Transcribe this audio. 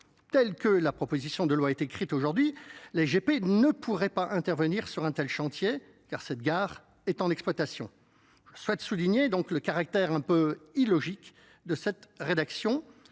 telle que la proposition de loi est écrite aujourd'hui l G P nee pourrait pas intervenir sur un tel chantier car cette gare car cette gare est en exploitation, souhaite souligner le caractère un peu illogique de cette rédaction.